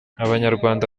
abanyarwanda